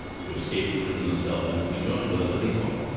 to escape the prison of the self, and be joined with other people.